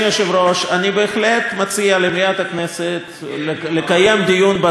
אני בהחלט מציע למליאת הכנסת לקיים דיון בסוגיה הזאת,